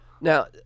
now